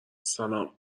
سلام